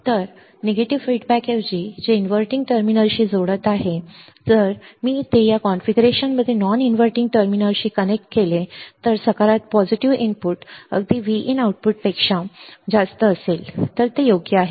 तर म्हणून नकारात्मक अभिप्रायाऐवजी जे इनव्हर्टिंग टर्मिनलशी जोडत आहे जर मी ते या कॉन्फिगरेशनमध्ये नॉन इनव्हर्टिंग टर्मिनलशी कनेक्ट केले तर जर सकारात्मक इनपुट अगदी Vin आउटपुटपेक्षा स्मिज जास्त असेल तर ते योग्य आहे